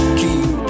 keep